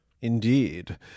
Indeed